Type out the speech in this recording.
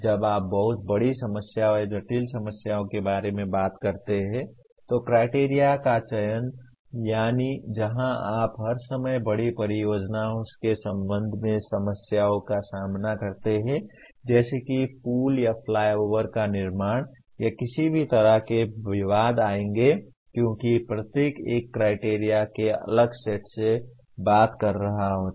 जब आप बहुत बड़ी समस्याओं या जटिल समस्याओं के बारे में बात करते हैं तो क्राइटेरिया का चयन यानी जहां आप हर समय बड़ी परियोजनाओं के संबंध में समस्याओं का सामना करते हैं जैसे कि पुल या फ्लाईओवर का निर्माण या किसी भी तरह के विवाद आएंगे क्योंकि प्रत्येक एक क्राइटेरिया के एक अलग सेट से बात कर रहा होता है